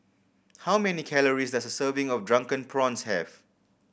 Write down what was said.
how many calories does a serving of Drunken Prawns have